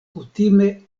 kutime